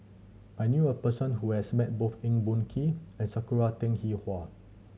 I knew a person who has met both Eng Boh Kee and Sakura Teng Hua